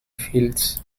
fields